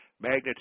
Magnets